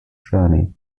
journey